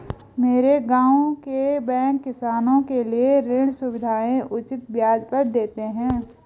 मेरे गांव के बैंक किसानों के लिए ऋण सुविधाएं उचित ब्याज पर देते हैं